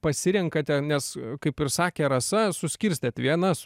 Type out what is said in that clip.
pasirenkate nes kaip ir sakė rasa suskirstėt vienas